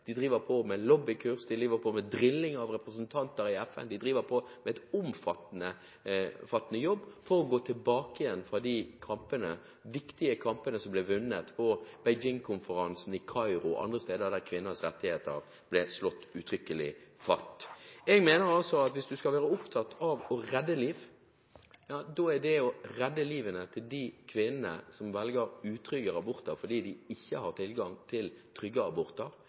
De driver med lobbykurs, de driver med drilling av representanter i FN, de driver en omfattende jobb for å gå tilbake fra de viktige kampene som ble vunnet på Beijing-konferansen, i Kairo og andre steder, der kvinners rettigheter ble slått uttrykkelig fast. Jeg mener at hvis man skal være opptatt av å redde liv, er det å redde livene til de kvinnene som velger utrygge aborter fordi de ikke har tilgang til trygge aborter,